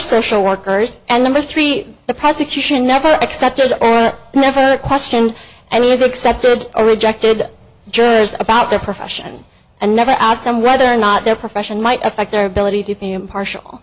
social workers and number three the prosecution never accepted never questioned any of the excepted or rejected just about their profession and never asked them whether or not their profession might affect their ability to be impartial